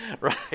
Right